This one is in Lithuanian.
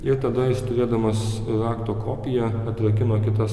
ir tada jis turėdamas rakto kopiją atrakino kitas